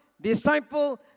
disciple